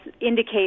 indicate